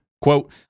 Quote